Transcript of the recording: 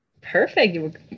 Perfect